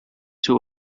two